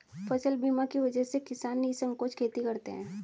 फसल बीमा की वजह से किसान निःसंकोच खेती करते हैं